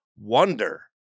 wonder